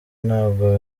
ntabwo